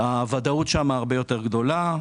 הוודאות שם הרבה יותר גדולה,